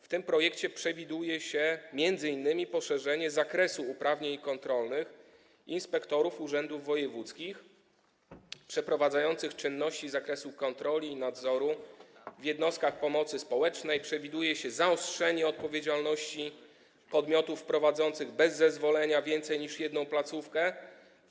W tym projekcie przewiduje się m.in. poszerzenie zakresu uprawnień kontrolnych inspektorów urzędów wojewódzkich przeprowadzających czynności z zakresu kontroli i nadzoru w jednostkach pomocy społecznej, zaostrzenie odpowiedzialności podmiotów prowadzących bez zezwolenia więcej placówek niż jedną.